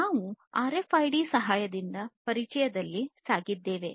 ನಾವು ಆರ್ಎಫ್ಐಡಿಗಳ ಸಹಾಯದಿಂದ ಪರಿಚಯದಲ್ಲಿ ಸಾಗಿದ್ದೇವೆ